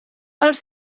els